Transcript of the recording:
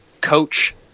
coach